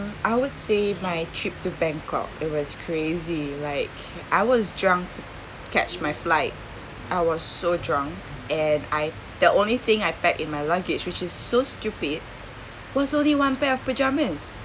I would say my trip to bangkok it was crazy like I was drunk to catch my flight I was so drunk and I the only thing I packed in my luggage which is so stupid was only one pair of pajamas